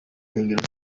nkengero